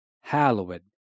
hallowed